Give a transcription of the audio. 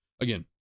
again